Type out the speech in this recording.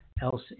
else